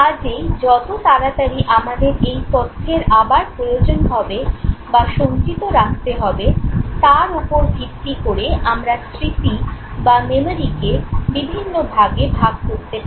কাজেই কত তাড়াতাড়ি আমাদের এই তথ্যের আবার প্রয়োজন হবে বা সঞ্চিত রাখতে হবে তার ওপর ভিত্তি করে আমরা স্মৃতি বা "মেমোরি"কে বিভিন্ন ভাগে ভাগ করতে পারি